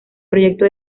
proyecto